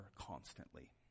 constantly